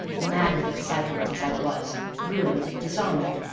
mad with excitement as i was, ruined, dishonored,